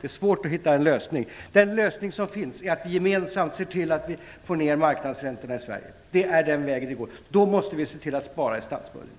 Det är svårt att hitta en lösning. Den lösning som finns, att vi gemensamt ser till att vi får ner marknadsräntorna i Sverige, är den väg vi måste gå. Då måste vi se till att spara i statsbudgeten.